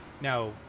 Now